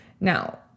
Now